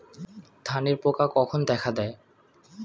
ধানের পোকা কখন দেখা দেয়?